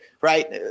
right